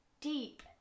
deep